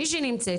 מישהי נמצאת,